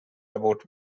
about